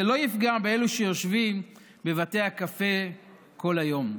זה לא יפגע באלו שיושבים בבתי הקפה כל היום,